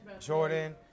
Jordan